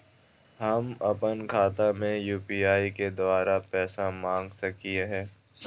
हम अपन खाता में यू.पी.आई के द्वारा पैसा मांग सकई हई?